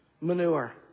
manure